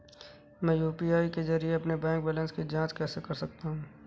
मैं यू.पी.आई के जरिए अपने बैंक बैलेंस की जाँच कैसे कर सकता हूँ?